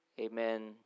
Amen